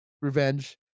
Revenge